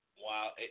Wow